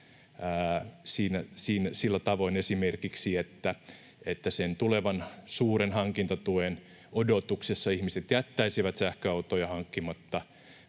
sillä tavoin, että sen tulevan suuren hankintatuen odotuksessa ihmiset jättäisivät sähköautoja hankkimatta,